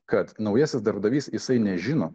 kad naujasis darbdavys jisai nežino